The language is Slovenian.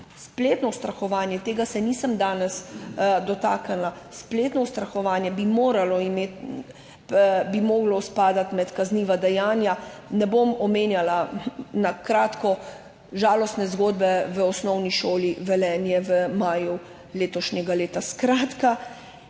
Spletno ustrahovanje, tega se nisem danes dotaknila. Spletno ustrahovanje bi moralo spadati med kazniva dejanja. Ne bom omenjala, na kratko, žalostne zgodbe v osnovni šoli Velenje v maju letošnjega leta.